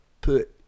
put